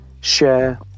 share